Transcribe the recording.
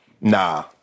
nah